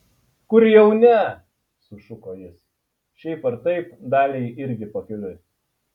kur jau ne sušuko jis šiaip ar taip daliai irgi pakeliui